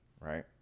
right